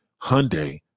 Hyundai